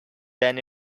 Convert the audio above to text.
than